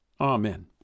Amen